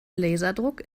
laserdruck